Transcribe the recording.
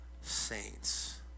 saints